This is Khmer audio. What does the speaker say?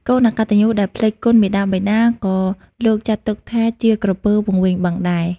កូនអកត្តញ្ញូដែលភ្លេចគុណមាតាបិតា ក៏លោកចាត់ទុកថា ជាក្រពើវង្វេងបឹងដែរ ។